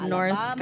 North